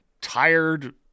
tired